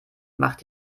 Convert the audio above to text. macht